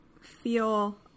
feel-